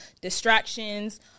distractions